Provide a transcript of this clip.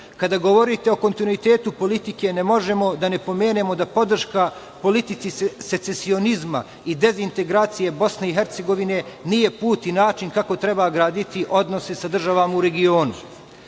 govorite o kontinuitetu politike, ne možemo da ne pomenemo da podrška politici secesionizma i dezintegracije Bosne i Hercegovine nije put i način kako treba graditi odnose sa državama u regionu.